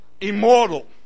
immortal